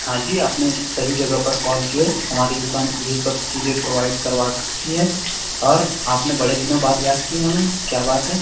हाँ जी आपने सही जगह पर कॉल की है हमारे हमारी दुकान यह सब चीज़ें प्रोवाइड करवाती है और आपने बड़े दिनों बाद याद किया हमें क्या बात है